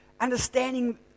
understanding